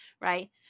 right